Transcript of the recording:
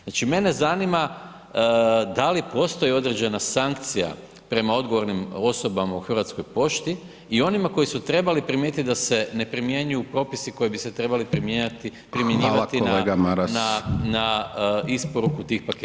Znači, mene zanima da li postoji određena sankcija prema odgovornim osobama u Hrvatskoj pošti i onima koji su trebali primjetit da se ne primjenjuju propisi koji bi se trebali primjenjivati [[Upadica: Hvala kolega Maras]] na, na, na isporuku tih paketa?